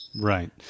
Right